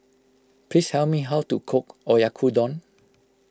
please tell me how to cook Oyakodon